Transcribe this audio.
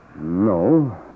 No